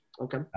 Okay